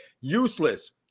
useless